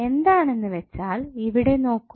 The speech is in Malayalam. എന്താണെന്ന് വെച്ചാൽ ഇവിടെ നോക്കു